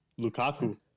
Lukaku